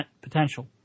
potential